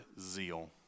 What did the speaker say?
zeal